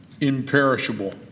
imperishable